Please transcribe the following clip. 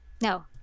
No